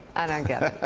i don't get it.